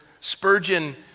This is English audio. Spurgeon